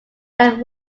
than